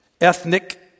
ethnic